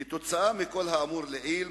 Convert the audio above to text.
כתוצאה מכל האמור לעיל,